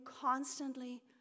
constantly